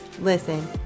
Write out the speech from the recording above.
listen